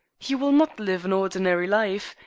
he will not live an ordinary life,